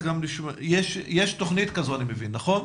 יש תוכנית כזו אני מבין, נכון?